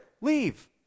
leave